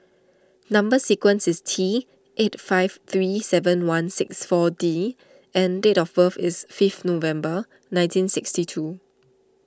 Number Sequence is T eight five three seven one six four D and date of birth is fifth November nineteen sixty two